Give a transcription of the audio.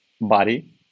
body